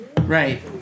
Right